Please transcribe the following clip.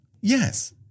Yes